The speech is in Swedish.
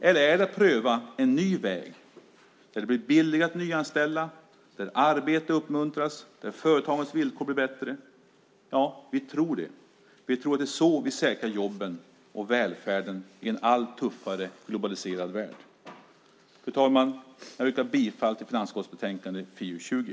Eller är det att pröva en ny väg där det blir billigare att nyanställa, där arbete uppmuntras och där företagens villkor blir bättre? Ja, vi tror på det senare. Vi tror att det är så vi säkrar jobben och välfärden i en allt tuffare globaliserad värld. Fru talman! Jag yrkar bifall till förslaget i betänkande FiU20.